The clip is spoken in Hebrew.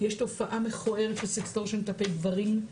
יש תופעה מכוערת של סחיטה כלפי גברים,